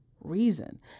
reason